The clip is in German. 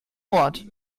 ort